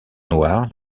noires